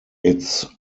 its